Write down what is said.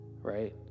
right